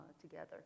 together